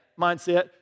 mindset